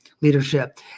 leadership